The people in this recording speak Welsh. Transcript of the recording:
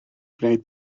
gwneud